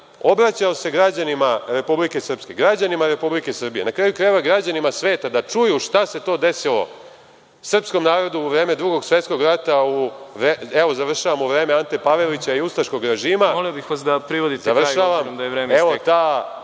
obraćao građanima Republike Srpske, građanima Republike Srbije, na kraju krajeva, građanima sveta da čuju šta se to desilo srpskom narodu u vreme Drugog svetskog rata u vreme Ante Pavelića i ustaškog režima… **Đorđe